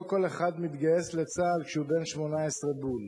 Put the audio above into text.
לא כל אחד מתגייס לצה"ל כשהוא בן 18 בול.